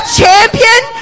champion